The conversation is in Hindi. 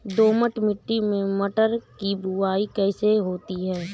दोमट मिट्टी में मटर की बुवाई कैसे होती है?